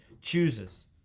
chooses